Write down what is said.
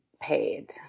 paid